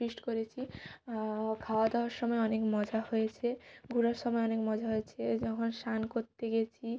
feast করেছি খাওয়া দাওয়ার সময় অনেক মজা হয়েছে ঘুরার সময় অনেক মজা হয়েছে যখন সান কোত্তে গেছি